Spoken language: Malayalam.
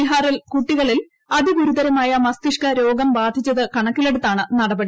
ബീഹാറിൽ കുട്ടികളിൽ അതിഗുരുതരമായ മസ്തിഷ്ക രോഗ ബാധിച്ചത് കണക്കിലെടുത്താണ് നടപടി